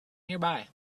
nearby